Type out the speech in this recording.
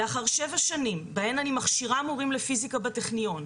לאחר שבע שנים בהן אני מכשירה מורים לפיזיקה בטכניון,